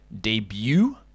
debut